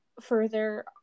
further